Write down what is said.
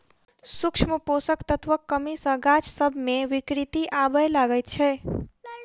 सूक्ष्म पोषक तत्वक कमी सॅ गाछ सभ मे विकृति आबय लागैत छै